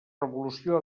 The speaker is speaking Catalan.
revolució